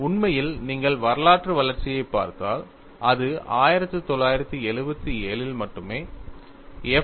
உண்மையில் நீங்கள் வரலாற்று வளர்ச்சியைப் பார்த்தால் அது 1977 இல் மட்டுமே எஃப்